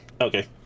Okay